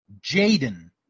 Jaden